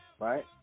right